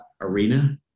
arena